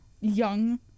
young